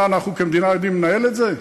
מה, אנחנו כמדינה יודעים לנהל את זה?